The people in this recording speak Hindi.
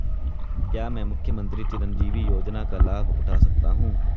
क्या मैं मुख्यमंत्री चिरंजीवी योजना का लाभ उठा सकता हूं?